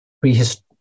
prehistory